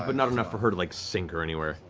but not enough for her to, like, sink or anywhere.